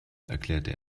erklärte